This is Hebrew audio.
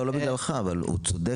זה לא בגללך, אבל הוא צודק.